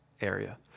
area